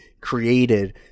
created